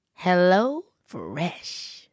HelloFresh